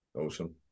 Awesome